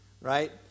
Right